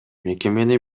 мекемени